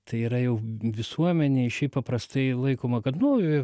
tai yra jau visuomenėj šiaip paprastai laikoma kad nu